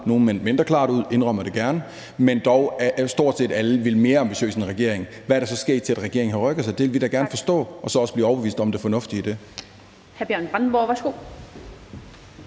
andre meldte mindre klart ud – jeg indrømmer det gerne – men stort set alle er vel mere ambitiøse end regeringen. Hvad er der så sket, siden regeringen har rykket sig? Det vil vi da gerne forstå, så vi også kan blive overbevist om det fornuftige i det.